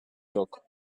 yok